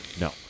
No